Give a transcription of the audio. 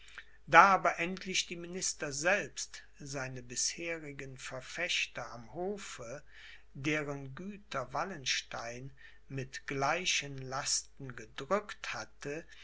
da aber endlich die minister selbst seine bisherigen verfechter am hofe deren güter wallenstein mit gleichen lasten gedrückt hatte